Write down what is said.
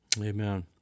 Amen